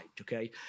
okay